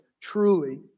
Truly